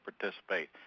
participate